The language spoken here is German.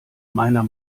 meiner